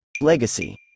Legacy